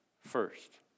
first